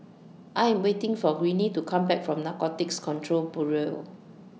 I Am waiting For Greene to Come Back from Narcotics Control Bureau